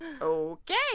Okay